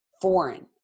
foreign